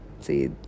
see